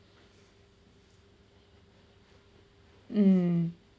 mm